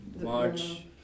march